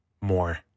more